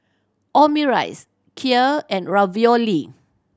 Omurice Kheer and Ravioli